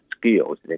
skills